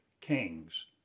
kings